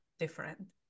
different